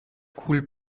cool